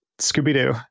Scooby-Doo